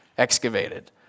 excavated